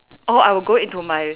oh I will go into my